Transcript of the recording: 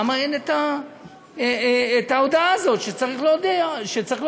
למה אין ההודעה הזאת שצריך להודיע?